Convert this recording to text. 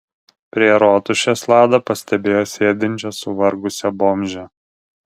prie rotušės lada pastebėjo sėdinčią suvargusią bomžę